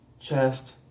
chest